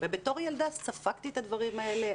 וכילדה ספגתי את הדברים האלה.